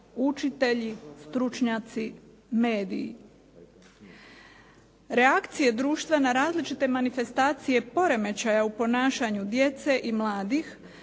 učitelji, stručnjaci, mediji. Reakcije društva na različite manifestacije poremećaja u ponašanju djece i mladih